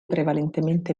prevalentemente